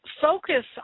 focus